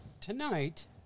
tonight